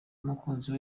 n’umukunzi